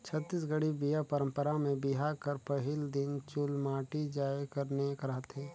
छत्तीसगढ़ी बिहा पंरपरा मे बिहा कर पहिल दिन चुलमाटी जाए कर नेग रहथे